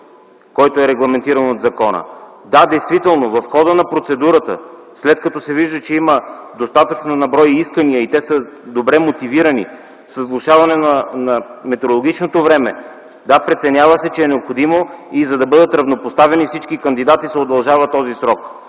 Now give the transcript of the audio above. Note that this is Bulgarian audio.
който е регламентиран от закона. Да, действително в хода на процедурата, след като се вижда, че има достатъчно на брой искания и те са добре мотивирани с влошаване на метеореологичното време, да, преценява се, че е необходимо и за да бъдат равнопоставени всички кандидати, този срок